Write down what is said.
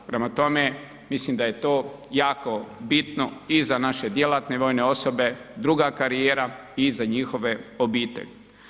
Prema tome, mislim da je to jako bitno i za naše djelatne vojne osobe, druga karijera i za njihove obitelji.